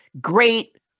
great